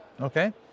Okay